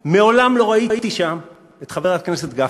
מעולם לא ראיתי שם את חבר הכנסת גפני.